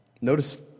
Notice